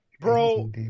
Bro